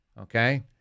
Okay